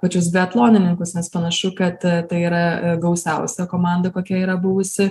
pačius biatlonininkus nes panašu kad tai yra gausiausia komanda kokia yra buvusi